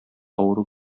авыру